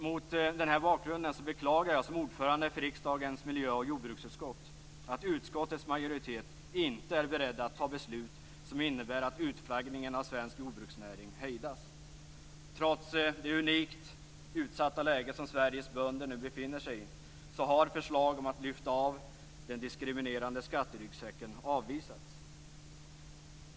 Mot den här bakgrunden beklagar jag som ordförande för riksdagens miljö och jordbruksutskott att utskottets majoritet inte är beredd att fatta beslut som innebär att utflaggningen av svensk jordbruksnäring hejdas. Trots det unikt utsatta läge som Sveriges bönder nu befinner sig i har förslag om att lyfta av den diskriminerande skatteryggsäcken avvisats.